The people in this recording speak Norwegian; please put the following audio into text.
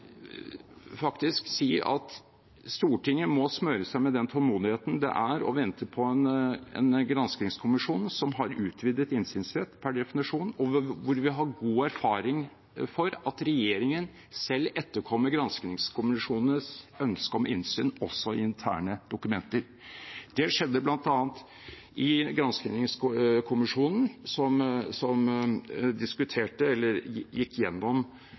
faktisk si at Stortinget må smøre seg med tålmodighet og vente på en granskingskommisjon som har utvidet innsynsrett per definisjon, og hvor vi har god erfaring for at regjeringen selv etterkommer granskingskommisjonenes ønske om innsyn også i interne dokumenter. Det skjedde bl.a. i granskingskommisjonen som